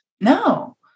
No